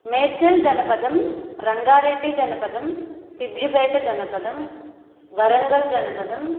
मेड्जलजनपदं रङ्गारेड्डिजनपदं सिद्धिबेटजनपदं वर्ङ्गल्जनपदम्